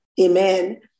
amen